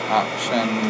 option